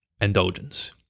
indulgence